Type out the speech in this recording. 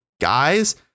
guys